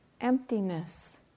emptiness